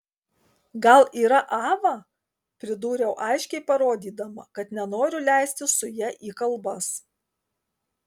gal yra ava pridūriau aiškiai parodydama kad nenoriu leistis su ja į kalbas